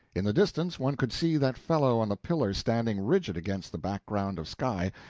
in the distance one could see that fellow on the pillar standing rigid against the background of sky,